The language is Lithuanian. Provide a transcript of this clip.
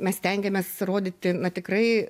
mes stengiamės rodyti tikrai